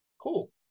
Cool